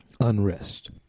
unrest